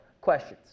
questions